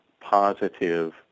positive